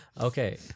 Okay